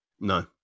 No